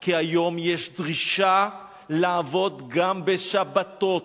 כי היום יש דרישה לעבוד גם בשבתות.